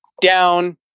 down